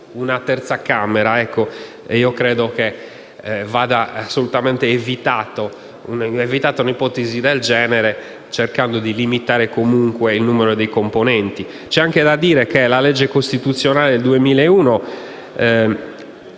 una terza Camera. Io credo che vada assolutamente evitata un'ipotesi del genere, cercando di limitare il numero dei componenti. C'è anche da dire che la legge costituzionale del 2001